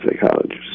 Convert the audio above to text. psychologists